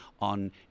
on